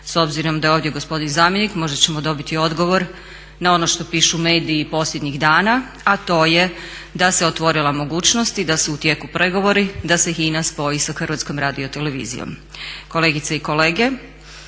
S obzirom da je ovdje gospodin zamjenik možda ćemo dobiti odgovor na ono što pišu mediji i posljednjih dana, a to je da se otvorila mogućnost i da su u tijeku pregovori da se HINA spoji sa Hrvatskom radiotelevizijom. Kolegice i kolege,